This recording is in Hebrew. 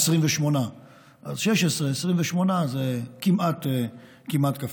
28. 16 לעומת 28 זה כמעט כפול.